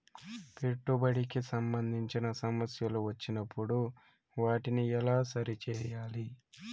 పెట్టుబడికి సంబంధించిన సమస్యలు వచ్చినప్పుడు వాటిని ఎలా సరి చేయాలి?